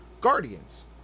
Guardians